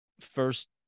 first